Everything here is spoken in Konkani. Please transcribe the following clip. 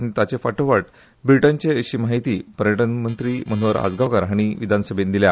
आनी ताचे फाटोफाट ब्रिटनचे अशी म्हायती पर्यटन मंत्री मनोहर आजगांवकार हांणी आयज विधानसभेंत दिली